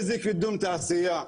איזה קידום תעשייה?